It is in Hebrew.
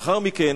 לאחר מכן